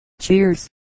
Cheers